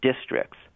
districts